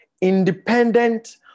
independent